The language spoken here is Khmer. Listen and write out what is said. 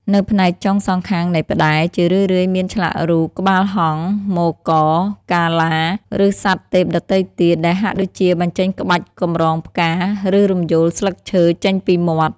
នៅផ្នែកចុងសងខាងនៃផ្តែរ ជារឿយៗមានឆ្លាក់រូប ក្បាលហង្ស មករ កាលា ឬសត្វទេពដទៃទៀត ដែលហាក់ដូចជាបញ្ចេញក្បាច់កម្រងផ្កា ឬរំយោលស្លឹកឈើចេញពីមាត់។